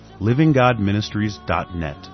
livinggodministries.net